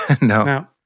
No